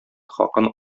хакын